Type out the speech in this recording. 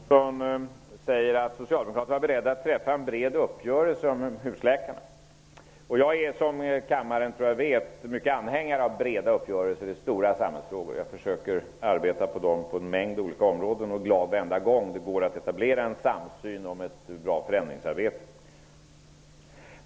Herr talman! Hans Karlsson säger att Socialdemokraterna var beredda att träffa en bred uppgörelse om husläkarna. Som kammaren vet är jag en anhängare av breda uppgörelser i stora samhällsfrågor. Jag försöker få sådana på en mängd olika områden. Jag är glad varje gång det går att etablera en samsyn om ett bra förändringsarbete.